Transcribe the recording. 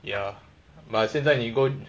ya but 现在你工